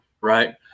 right